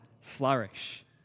flourish